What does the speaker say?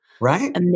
Right